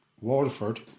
Waterford